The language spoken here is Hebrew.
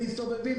שמסתובבים,